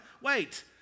Wait